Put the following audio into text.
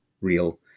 real